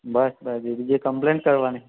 બસ બસ એ બીજું કમ્પલેન કરવાની